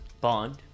Bond